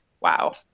wow